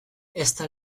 ezta